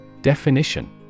Definition